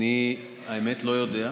האמת, אני לא יודע.